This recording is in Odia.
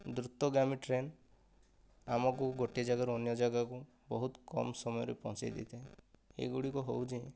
ଦ୍ରୁତଗାମୀ ଟ୍ରେନ ଆମକୁ ଗୋଟିଏ ଜାଗାରୁ ଅନ୍ୟ ଜାଗାକୁ ବହୁତ କମ ସମୟରେ ପହଞ୍ଚେଇ ଦେଇଥାଏ ଏହିଗୁଡ଼ିକ ହେଉଛି